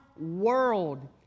world